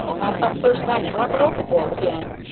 and i thought first i'd drop her overboard again,